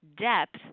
depth